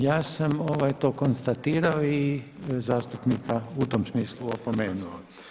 Ja sam to konstatirao i zastupnika u tom smislu opomenuo.